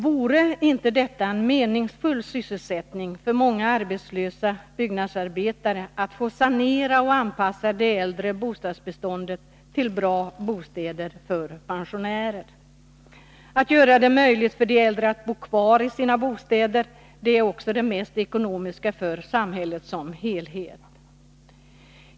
Vore det inte meningsfull sysselsättning för många arbetslösa byggnadsarbetare att få sanera och anpassa det äldre bostadsbeståndet till bra bostäder för pensionärer? Att man gör det möjligt för de äldre att bo kvar i sina bostäder är också det mest ekonomiska för samhället som helhet.